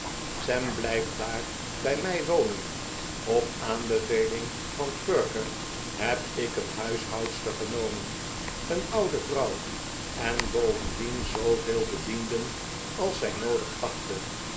sam blijft daar bij mij wonen op aanbeveling van perker heb ik een huishoudster genomen een oude vrouw en bovendien zoo veel bedienden als zij noodig achtte